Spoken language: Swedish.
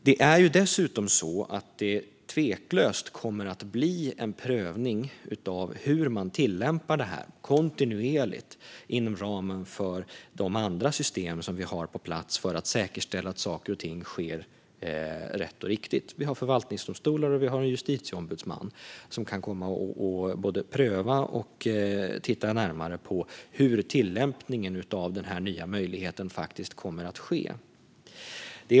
Det är dessutom så att det tveklöst kommer att bli en prövning av hur man tillämpar detta kontinuerligt inom ramen för de andra system som vi har på plats för att säkerställa att saker och ting sker rätt och riktigt. Vi har förvaltningsdomstolar och vi har en justitieombudsman som kan komma att både pröva och se närmare på hur tillämpningen av denna nya möjlighet faktiskt kommer att ske.